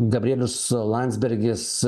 gabrielius landsbergis